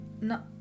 No